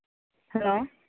hello